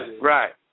Right